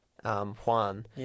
Juan